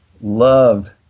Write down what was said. loved